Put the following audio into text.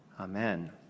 Amen